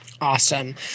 Awesome